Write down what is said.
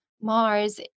Mars